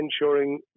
ensuring